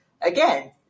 again